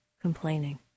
complaining